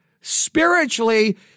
Spiritually